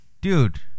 Dude